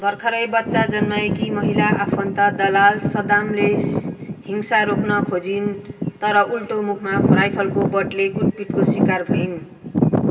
भर्खरै बच्चा जन्माएकी महिला आफन्त दलाल सदामले हिंसा रोक्न खोजिन् तर उल्टो मुखमा राइफलको बटले कुटपिटको सिकार भइन्